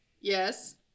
Yes